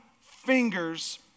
fingers